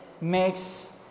makes